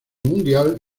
mundial